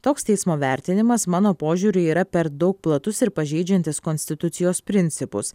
toks teismo vertinimas mano požiūriu yra per daug platus ir pažeidžiantis konstitucijos principus